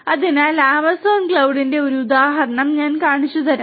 അതിനാൽ ആമസോൺ ക്ലൌഡിന്റെ ഒരു ഉദാഹരണം ഞാൻ കാണിച്ചുതരാം